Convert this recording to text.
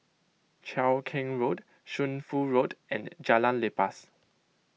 Cheow Keng Road Shunfu Road and Jalan Lepas